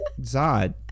Zod